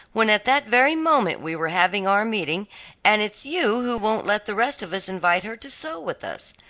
when at that very moment we were having our meeting and it's you who won't let the rest of us invite her to sew with us.